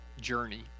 journey